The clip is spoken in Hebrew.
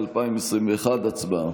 2), התשפ"א 2021. הצבעה.